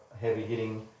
heavy-hitting